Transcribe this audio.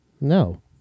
No